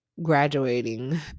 graduating